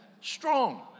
strong